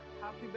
happy